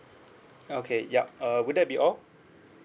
okay yup uh will that be all